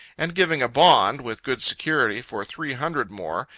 and giving a bond, with good security, for three hundred more,